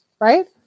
right